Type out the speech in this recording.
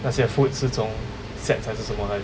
那些 food 是从 SATS 还是什么来的